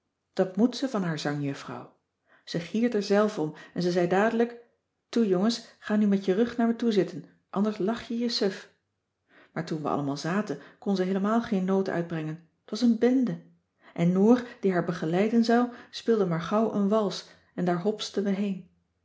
dat moet ze van haar zangjuffrouw ze giert er zelf om en ze zei dadelijk toe jongens ga nu met je rug naar me toezitten anders lach je je suf maar toen we allemaal zaten kon ze heelemaal geen noot uitbrengen t was een bende en noor die haar begeleiden zou speelde maar gauw een wals en daar hopsten we heen